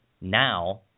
now